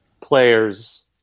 players